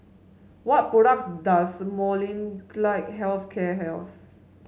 what products does Molnylcke Health Care have